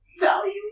Value